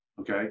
Okay